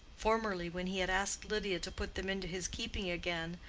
formerly when he had asked lydia to put them into his keeping again,